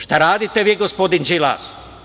Šta radite vi, gospodin Đilas?